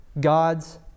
God's